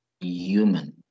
human